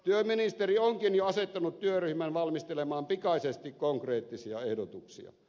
työministeri onkin jo asettanut työryhmän valmistelemaan pikaisesti konkreettisia ehdotuksia